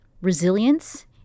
resilience